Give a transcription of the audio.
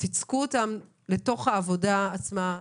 צקו אותם לתוך העבודה עצמה,